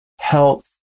health